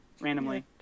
randomly